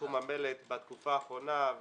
בתחום המלט בתקופה האחרונה,